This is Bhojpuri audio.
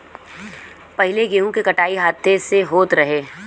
पहिले गेंहू के कटाई हाथे से होत रहे